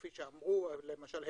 כפי שאמרו למשל,